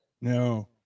No